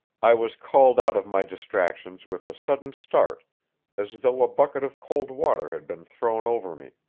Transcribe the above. i was called out of my distractions with a sudden start as though a bucket of cold water had been thrown over me.